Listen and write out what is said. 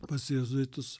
pas jėzuitus